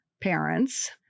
parents